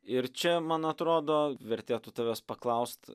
ir čia man atrodo vertėtų tavęs paklaust